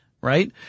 right